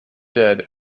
dead